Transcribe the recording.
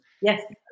Yes